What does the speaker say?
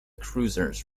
cruisers